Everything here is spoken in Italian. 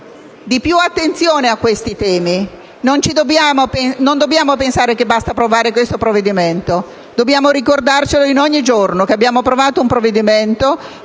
più attenzione a questi temi. Non dobbiamo pensare che basti approvare questo provvedimento. Dobbiamo ricordarci ogni giorno che abbiamo approvato un provvedimento